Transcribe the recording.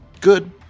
Good